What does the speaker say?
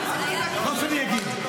מה אתה רוצה שאני אגיד?